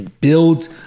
build